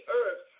earth